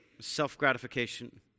self-gratification